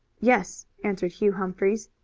yes, answered hugh humphries.